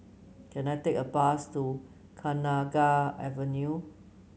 can I take a bus to Kenanga Avenue